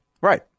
Right